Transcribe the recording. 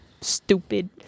Stupid